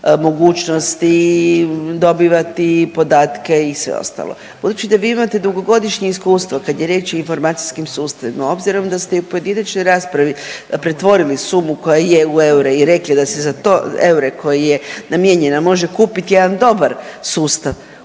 mogućnosti dobivati podatke i sve ostalo. Budući da vi imate dugogodišnje iskustvo kad je riječ o informacijskim sustavima obzirom da ste i u pojedinačnoj raspravi pretvori sumu koja je u eure i rekli da se za to eure koje je namijenjena može kupiti jedan dobra sustav